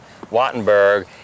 Wattenberg